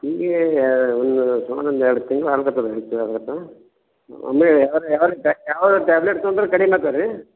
ಈಗ ಯಾ ಒಂದು ಸುಮಾರು ಒಂದೆರಡು ತಿಂಗ್ಳು ಒಮ್ಮೆ ಯಾವ್ರೆ ಯಾವ್ರೆ ಯಾವ್ರೆ ಟ್ಯಾಬ್ಲೆಟ್ ತಗೊಂಡರೆ ಕಡಿಮೆ ಆತದೆ ರೀ